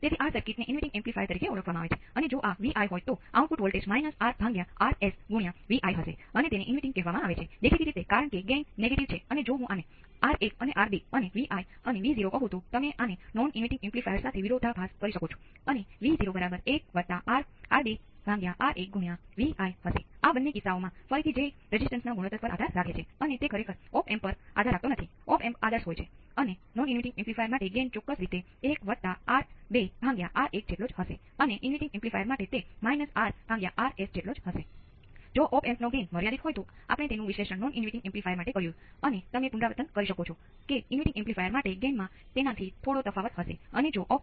તેથી આ ગુણધર્મો જાણવા માટે ઉપયોગી છે અને ફરીથી તેઓ હકીકતોને યાદ રાખવા માટે નહીં પરંતુ તેમને સમજીને અને કેટલાક ઉદાહરણ કિસ્સા માટે તેમની ગણતરી કરીને તેને જાણવા જોઈએ